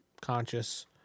conscious